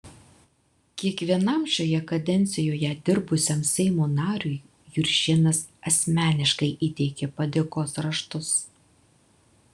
kiekvienam šioje kadencijoje dirbusiam seimo nariui juršėnas asmeniškai įteikė padėkos raštus